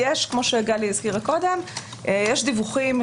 כי כמו שגלי הזכירה קודם יש דיווחים,